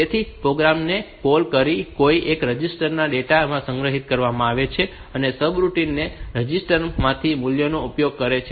તેથી પ્રોગ્રામ ને કૉલ કરીને કોઈ એક રજિસ્ટર માં ડેટા સંગ્રહિત કરવામાં આવે છે અને સબરૂટિન તે રજિસ્ટર માંથી મૂલ્યનો ઉપયોગ કરે છે